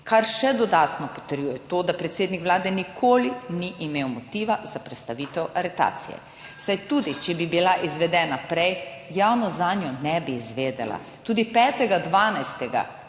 kar še dodatno potrjuje to, da predsednik Vlade nikoli ni imel motiva za prestavitev aretacije, saj tudi če bi bila izvedena prej, javnost zanjo ne bi izvedela. Tudi 5. 12.,